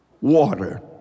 water